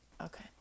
Okay